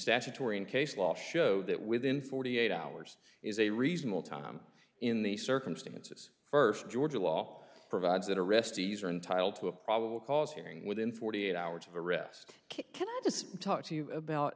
statutory and case law show that within forty eight hours is a reasonable time in these circumstances first georgia law provides that arrestees are entitled to a probable cause hearing within forty eight hours of arrest cannot just talk to you about